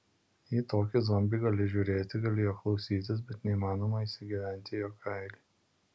į tokį zombį gali žiūrėti gali jo klausytis bet neįmanoma įsigyventi į jo kailį